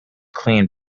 clean